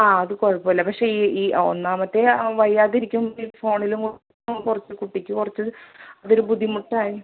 ആ അത് കുഴപ്പമില്ല പക്ഷേ ഈ ഈ ഒന്നാമത്തെ വയ്യാതിരിക്കുമ്പോൾ ഈ ഫോണിലും കുട്ടിക്ക് കുറച്ച് കുട്ടിക്ക് കുറച്ച് അതൊരു ബുദ്ധിമുട്ടായി